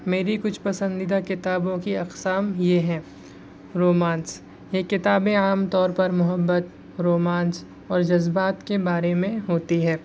میری کچھ پسندیدہ کتابوں کی اقسام یہ ہیں رومانس یہ کتابیں عام طور پر محبت رومانس اور جذبات کے بارے میں ہوتی ہے